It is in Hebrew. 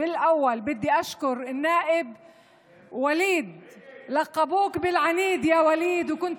להלן תרגומם: אני רוצה לפנות לבני ובנות עמי.